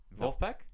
Wolfpack